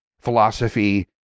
philosophy